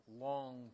long